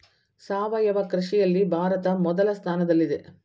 ಸಾವಯವ ಕೃಷಿಯಲ್ಲಿ ಭಾರತ ಮೊದಲ ಸ್ಥಾನದಲ್ಲಿದೆ